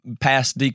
past